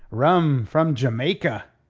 rum, from jamaica.